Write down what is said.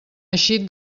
eixit